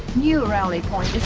you really